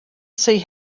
see